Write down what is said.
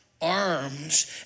arms